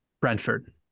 Brentford